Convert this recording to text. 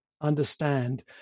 Understand